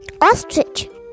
Ostrich